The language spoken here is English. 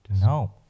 no